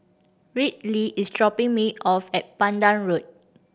Riley is dropping me off at Pandan Road